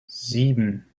sieben